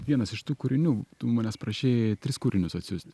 vienas iš tų kūrinių tu manęs prašei tris kūrinius atsiųst